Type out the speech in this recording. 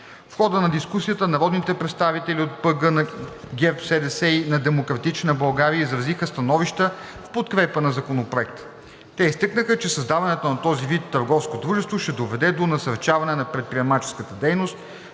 В хода на дискусията народните представители от парламентарните групи на ГЕРБ-СДС и на „Демократична България“ изразиха становища в подкрепа на Законопроекта. Те изтъкнаха, че създаването на този вид търговско дружество ще доведе до насърчаване на предприемаческата дейност